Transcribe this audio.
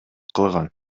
кылган